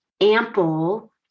ample